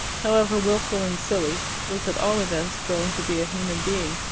however wilful and silly, was at all events growing to be a human being.